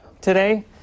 today